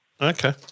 Okay